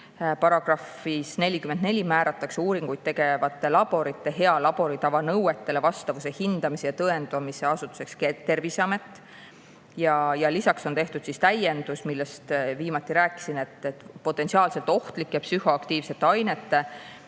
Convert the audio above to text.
Paragrahvis 44 määratakse uuringuid tegevate laborite hea laboritava nõuetele vastavuse hindamise ja tõendamise asutuseks Terviseamet. Lisaks on tehtud täiendus, millest viimati rääkisin: potentsiaalselt ohtlike ja psühhoaktiivsete ainete